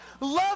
love